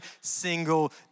single